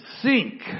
sink